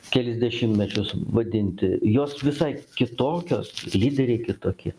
kelis dešimtmečius vadinti jos visai kitokios lyderiai kitokie